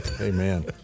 Amen